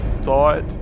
thought